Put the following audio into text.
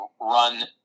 run